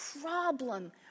problem